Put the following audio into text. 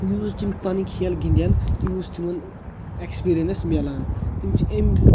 یۭژ تِم پَنٕنۍ کھیل گِنٛدان تیٖژ چھِ تِمن ایکٕسپیٖریَنٕس مِلان تِم چھِ اَمۍ